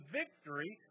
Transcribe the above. victory